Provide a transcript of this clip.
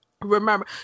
remember